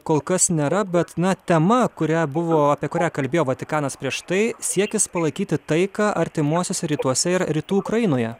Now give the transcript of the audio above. kol kas nėra bet na tema kurią buvo apie kurią kalbėjo vatikanas prieš tai siekis palaikyti taiką artimuosiuose rytuose ir rytų ukrainoje